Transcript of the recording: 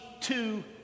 two